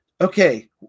Okay